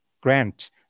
grant